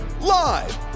live